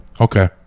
okay